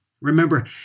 Remember